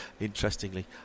interestingly